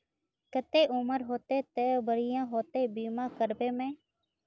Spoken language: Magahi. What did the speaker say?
केते उम्र होते ते बढ़िया होते बीमा करबे में?